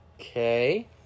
Okay